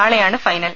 നാളെയാണ് ഫൈനൽ